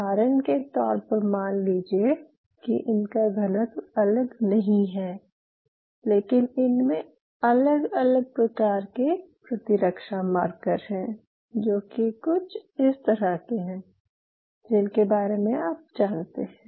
उदाहरण के तौर पर मान लीजिये कि इनका घनत्व अलग नहीं है लेकिन इनमे अलग अलग प्रकार के प्रतिरक्षा मार्कर हैं जो कि कुछ इस तरह के हैं जिनके बारे में आप जानते हैं